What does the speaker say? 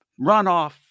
runoff